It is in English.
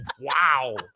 Wow